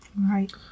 Right